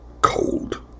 cold